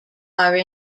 are